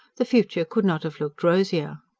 the future could not have looked rosier.